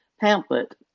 pamphlet